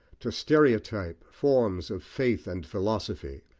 to stereotype forms of faith and philosophy,